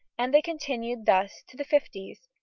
and they continued thus to the fifties,